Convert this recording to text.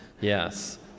Yes